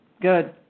Good